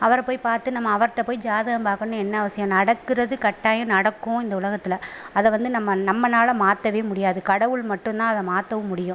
அவரை போய் பார்த்து நம்ம அவர்கிட்ட போய் ஜாதகம் பார்க்கணுன்னு என்ன அவசியம் நடக்கிறது கட்டாயம் நடக்கும் இந்த உலகத்தில் அதை வந்து நம்ம நம்மனால் மாற்றவே முடியாது கடவுள் மட்டுந்தான் அதை மாற்றவும் முடியும்